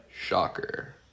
Shocker